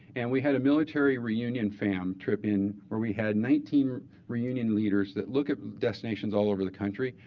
and we had a military reunion fam trip in where we had nineteen reunion leaders that look at destinations all over the country.